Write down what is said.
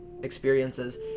experiences